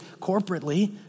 corporately